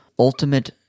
ultimate